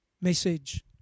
message